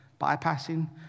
bypassing